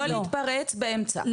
לא להתפרץ באמצע,